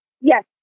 yes